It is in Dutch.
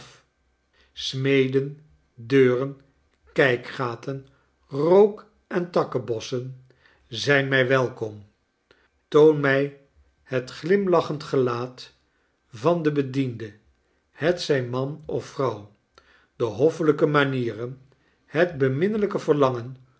smeden deuren kijkgaten rook en takkenbossen zijn mij welkom toon mij het glimlachend gelaat van den bediende hetzij man of vrouw de hoffelijke manieren het beminnelijke verlangen